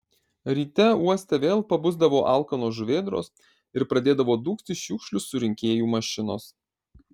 ryte uoste vėl pabusdavo alkanos žuvėdros ir pradėdavo dūgzti šiukšlių surinkėjų mašinos